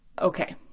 okay